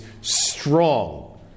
strong